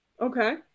Okay